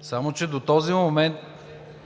Само че до този момент